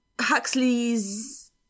Huxley's